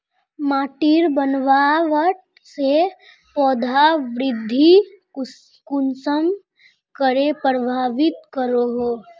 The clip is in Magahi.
माटिर बनावट से पौधा वृद्धि कुसम करे प्रभावित करो हो?